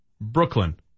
Brooklyn